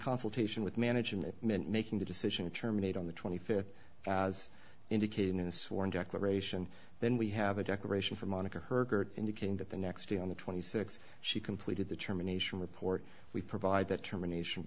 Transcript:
consultation with management it meant making the decision to terminate on the twenty fifth as indicated in a sworn declaration then we have a declaration from monica herbert indicating that the next day on the twenty six she completed the terminations report we provide that termination